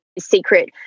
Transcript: secret